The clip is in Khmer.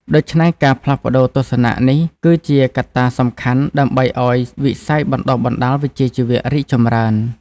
ដូច្នេះ ការផ្លាស់ប្តូរទស្សនៈនេះគឺជាកត្តាសំខាន់ដើម្បីឱ្យវិស័យបណ្តុះបណ្តាលវិជ្ជាជីវៈរីកចម្រើន។